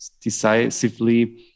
decisively